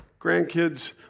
grandkids